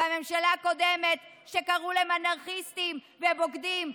שבממשלה הקודמת קראו להם "אנרכיסטים" ו"בוגדים".